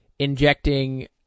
injecting